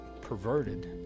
perverted